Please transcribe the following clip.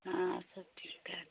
हाँ सब ठीक है